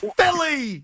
Philly